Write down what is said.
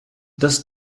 das